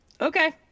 Okay